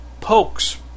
pokes